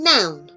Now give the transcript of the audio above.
Noun